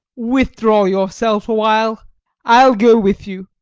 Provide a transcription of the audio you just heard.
withdraw yourself awhile i'll go with you.